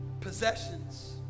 possessions